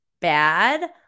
bad